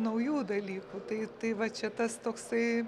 naujų dalykų tai tai va čia tas toksai